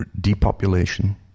Depopulation